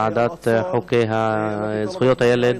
מהוועדה לזכויות הילד,